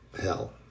hell